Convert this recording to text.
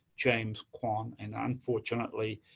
james kwan, and unfortunately,